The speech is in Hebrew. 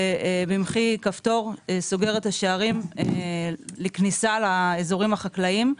ובמחי כפתור סוגר את השערים לכניסה לאזורים החקלאיים.